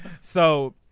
so-